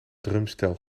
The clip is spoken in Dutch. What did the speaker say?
drumstel